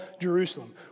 Jerusalem